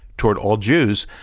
toward all jews?